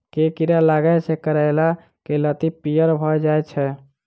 केँ कीड़ा लागै सऽ करैला केँ लत्ती पीयर भऽ जाय छै?